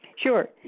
Sure